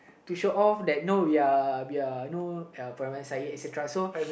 to show off that know we are we are know perangai syed et cetera